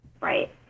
Right